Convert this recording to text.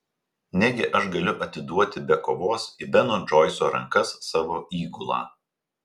negi aš galiu atiduoti be kovos į beno džoiso rankas savo įgulą